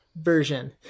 version